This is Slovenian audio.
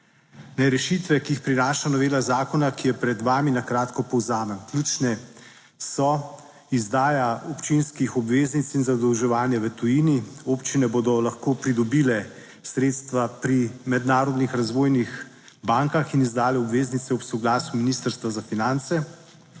Naj rešitve, ki jih prinaša novela zakona, ki je pred vami, na kratko povzamem. Ključne so izdaja občinskih obveznic in zadolževanje v tujini. Občine bodo lahko pridobile sredstva pri mednarodnih razvojnih bankah in izdale obveznice ob soglasju Ministrstva za finance,